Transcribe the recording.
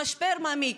המשבר מעמיק,